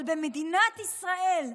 אבל במדינת ישראל,